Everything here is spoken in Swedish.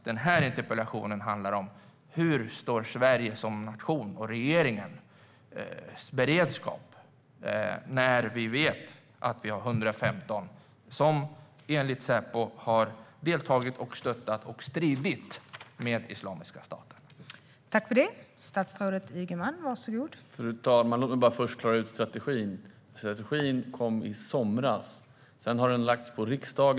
Den här interpellationen handlar om vilken beredskap Sverige som nation och regeringen har när vi vet att vi har 115 som enligt Säpo har deltagit i och stöttat Islamiska statens strider.